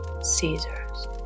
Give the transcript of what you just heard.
Caesar's